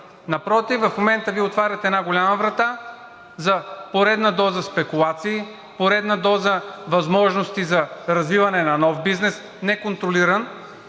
Напротив, в момента Вие отваряте една голяма врата за поредна доза спекулации, поредна доза възможности за развиване на нов неконтролиран